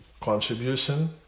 contribution